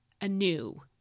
anew